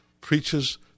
preaches